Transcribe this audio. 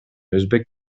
өзбек